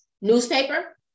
newspaper